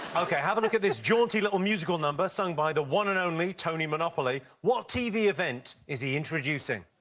ok, have a look at this jaunty little musical number sung by the one and only tony monopoly. what tv event is he introducing?